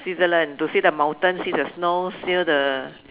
Switzerland to see the mountain see the snow see the